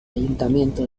ayuntamiento